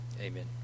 amen